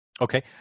Okay